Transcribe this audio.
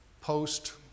Post